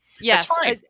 Yes